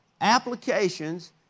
Applications